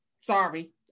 Sorry